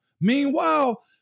Meanwhile